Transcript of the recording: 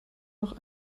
noch